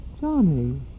Johnny